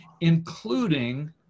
including